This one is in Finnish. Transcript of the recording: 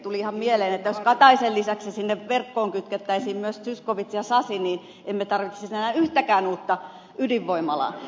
tuli ihan mieleen että jos ministeri kataisen lisäksi sinne verkkoon kytkettäisiin myös edustajat zyskowicz ja sasi niin emme tarvitsisi enää yhtäkään uutta ydinvoimalaa